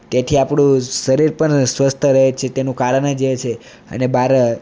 તેથી આપણું શરીર પણ સ્વસ્થ રહે છે તેનું કારણ જ એ છે અને બહાર